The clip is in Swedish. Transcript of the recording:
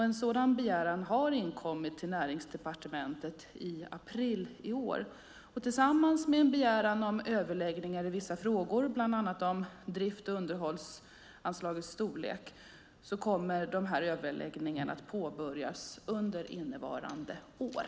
En sådan begäran har inkommit till Näringsdepartementet i april i år tillsammans med en begäran om överläggningar i vissa frågor, bland annat om drifts och underhållsanslagets storlek. Begärda överläggningar kommer att påbörjas under innevarande år.